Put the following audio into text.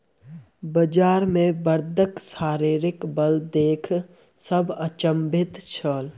बजार मे बड़दक शारीरिक बल देख सभ अचंभित छल